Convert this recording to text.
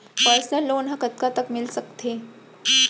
Personal loan ह कतका तक मिलिस सकथे?